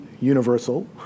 universal